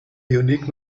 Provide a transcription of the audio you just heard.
unique